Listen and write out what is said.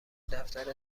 دفتر